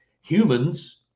Humans